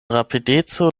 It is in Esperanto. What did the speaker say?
rapideco